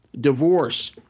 divorce